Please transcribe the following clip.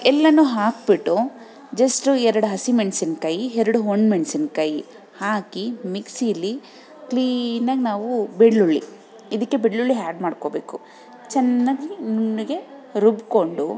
ಎಲ್ಲನು ಹಾಕಿಬಿಟ್ಟು ಜಸ್ಟು ಎರಡು ಹಸಿ ಮೆಣಸಿನ್ಕಾಯಿ ಎರಡು ಒಣ್ ಮೆಣಸಿನ್ಕಾಯಿ ಹಾಕಿ ಮಿಕ್ಸಿಲಿ ಕ್ಲೀನಾಗಿ ನಾವು ಬೆಳ್ಳುಳ್ಳಿ ಇದಕ್ಕೆ ಬೆಳ್ಳುಳ್ಳಿ ಹ್ಯಾಡ್ ಮಾಡ್ಕೋಬೇಕು ಚೆನ್ನಾಗಿ ನುಣ್ಣಗೆ ರುಬ್ಬಿಕೊಂಡು